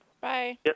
Bye